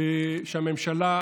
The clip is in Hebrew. שהממשלה,